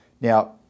Now